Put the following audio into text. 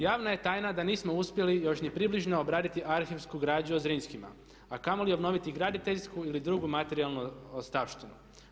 Javna je tajna da nismo uspjeli još ni približno obraditi arhivsku građu o Zrinskima a kamoli obnoviti graditeljsku ili drugu materijalnu ostavštinu.